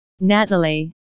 Natalie